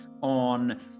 on